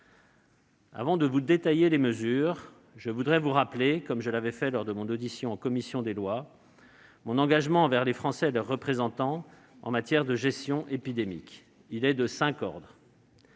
Avant de vous détailler les différentes mesures, je voudrais vous rappeler, comme je l'ai fait lors de mon audition en commission des lois, mon engagement envers les Français et leurs représentants en matière de gestion épidémique. Il est de cinq ordres